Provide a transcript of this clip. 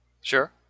Sure